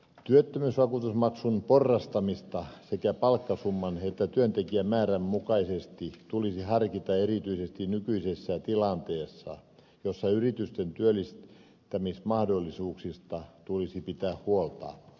työttömyysvakuutusmaksun porrastamista sekä palkkasumman että työntekijämäärän mukaisesti tulisi harkita erityisesti nykyisessä tilanteessa jossa yritysten työllistämismahdollisuuksista tulisi pitää huolta